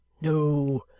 No